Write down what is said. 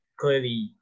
clearly